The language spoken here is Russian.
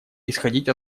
исходить